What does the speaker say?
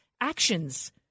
actions